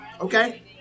Okay